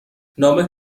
نام